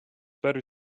better